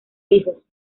hijos